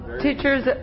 teachers